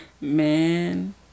Man